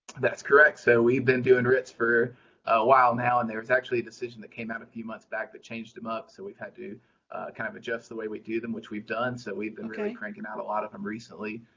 that's correct. so we've been doing writs for a while now, and there's actually a decision that came out a few months back that changed them up, so we've had to kind of adjust the way we do them, which we've done, so we've been really cranking out a lot of them recently.